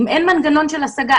אם אין מנגנון של השגה.